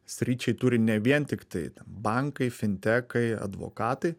sričiai turi ne vien tiktai bankai fintekai advokatai